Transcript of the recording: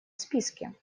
списке